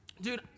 Dude